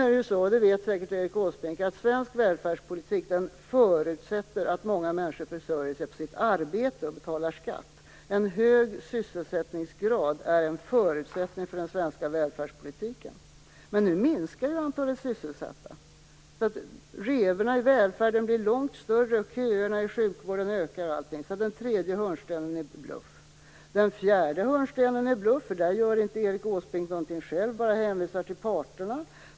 Erik Åsbrink vet säkert att svensk välfärdspolitik förutsätter att många människor försörjer sig på sitt arbete och betalar skatt. En hög sysselsättningsgrad är en förutsättning för den svenska välfärdspolitiken. Men nu minskar antalet sysselsatta. Revorna i välfärden blir alltså långt större, köerna i sjukvården ökar osv. Den tredje hörnstenen är alltså bluff. Den fjärde hörnstenen är också bluff. Där gör nämligen inte Erik Åsbrink någonting själv, utan hänvisar bara till parterna.